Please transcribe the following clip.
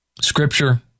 Scripture